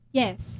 yes